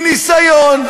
מניסיון.